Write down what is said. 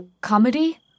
comedy